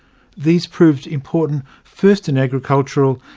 these proved important first in agricultural,